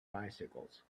bicycles